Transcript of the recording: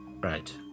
Right